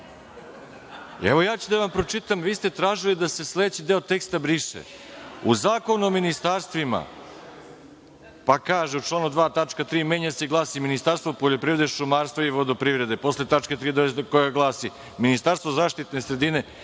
Evo, ja ću da vam pročitam, vi ste tražili da se sledeći deo teksta briše – u Zakonu o ministarstvima, pa kaže, u članu 2. tačka 3) menja se i glasi – Ministarstvo poljoprivrede, šumarstva i vodoprivrede posle tačke 3) koja glasi – Ministarstvo zaštite i sredine